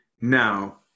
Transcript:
now